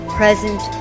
present